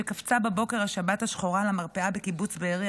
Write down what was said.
שקפצה בבוקר השבת השחורה למרפאה בקיבוץ בארי